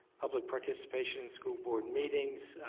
public participation in school board meetings.